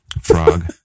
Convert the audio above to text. frog